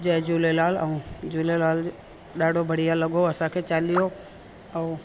जय झूलेलाल ऐं झूलेलाल जो ॾाढो बढ़िया लॻो असांखे चालीहो ऐं